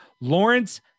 Lawrence